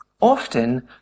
Often